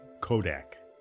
Kodak